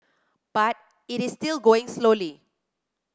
but it is still going slowly